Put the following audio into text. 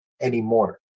anymore